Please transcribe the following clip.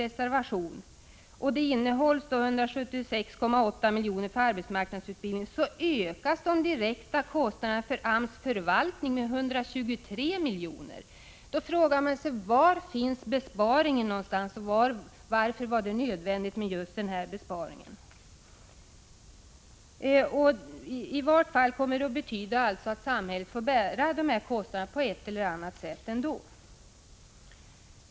reservation — och 176,8 miljoner innehålls för arbetsmarknadsutbildning så ökas de direkta kostnaderna för AMS förvaltning med 123 miljoner. Då frågar man sig var någonstans besparingarna finns och varför det var nödvändigt med just denna besparing. Detta kommer att betyda att samhället ändå får bära dessa kostnader på ett eller annat sätt.